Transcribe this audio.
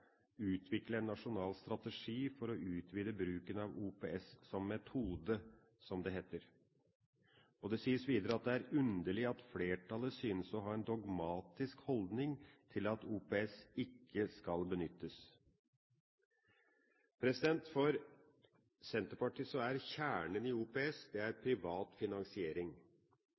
utvikle en nasjonal strategi for å utvide bruken av OPS som metode, som det heter. Det sies videre at det er «underlig at flertallet synes å ha en dogmatisk holdning til at OPS ikke skal benyttes». For Senterpartiet er kjernen i OPS privat finansiering, og privat finansiering må bare være aktuelt fordi det er